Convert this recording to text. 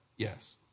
yes